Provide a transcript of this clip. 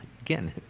again